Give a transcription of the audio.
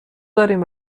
داریم